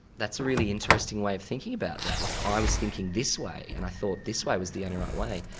that's a really interesting way of thinking about that, like i was thinking this way, and i thought this way was the only and right way.